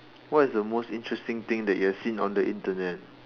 what is the most interesting thing that you have seen on the Internet